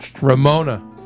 Ramona